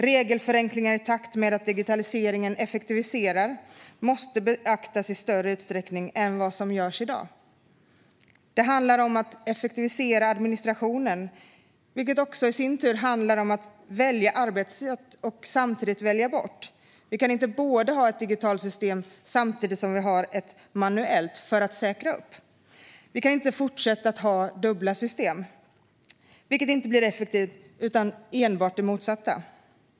Regelförenklingar i takt med att digitaliseringen effektiviserar måste beaktas i större utsträckning än vad som görs i dag. Det handlar om att effektivisera administrationen, vilket också i sin tur handlar om att välja arbetssätt och samtidigt välja bort. Vi kan inte fortsätta att ha ett digitalt system samtidigt med ett manuellt system för säkerhets skull. Vi kan inte fortsätta att ha dubbla system, vilket inte blir effektivt utan det blir enbart det motsatta.